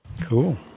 Cool